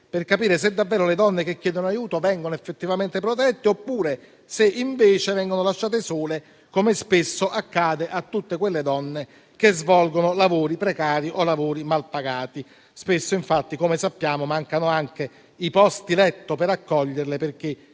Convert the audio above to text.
per capire se davvero le donne che chiedono aiuto vengano effettivamente protette o se, invece, vengono lasciate sole, come spesso accade a tutte quelle donne che svolgono lavori precari o mal pagati. Spesso, infatti, come sappiamo, mancano anche i posti letto per accoglierle perché